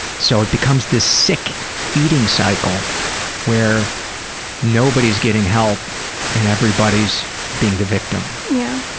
so it becomes this sick feeding cycle where nobody's getting help and everybody's being the victim. yeah.